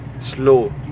slow